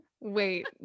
Wait